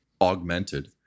augmented